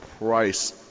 price